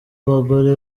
abagore